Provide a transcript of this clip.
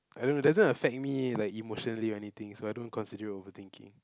I don't know doesn't affect me like emotionally or anything so I don't consider it overthinking